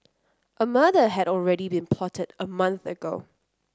a murder had already been plotted a month ago